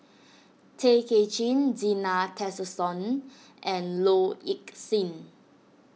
Tay Kay Chin Zena Tessensohn and Low Ing Sing